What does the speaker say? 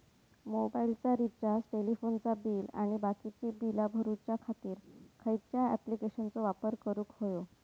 मोबाईलाचा रिचार्ज टेलिफोनाचा बिल आणि बाकीची बिला भरूच्या खातीर खयच्या ॲप्लिकेशनाचो वापर करूक होयो?